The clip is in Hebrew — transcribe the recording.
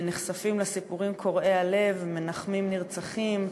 נחשפים לסיפורים קורעי הלב, מנחמים משפחות נרצחים,